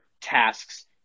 tasks